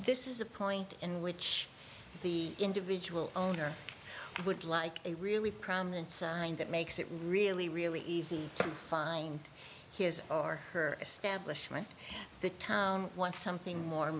this is a point in which the individual owner would like a really prominent sign that makes it really really easy to find his or her establishment want something more